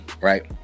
Right